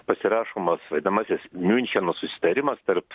pasirašomas vadinamasis miuncheno susitarimas tarp